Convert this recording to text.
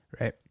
Right